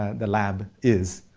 ah the lab is.